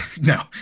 No